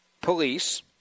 police